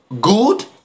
good